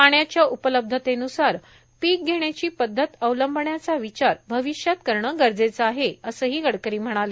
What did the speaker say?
पाण्याच्या उपलब्धतेन्सार पीक घेण्याची पद्वत अवलंबण्याचा विचार भविष्यात करणं गरजेचं आहे असं ही गडकरी म्हणाले